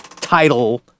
title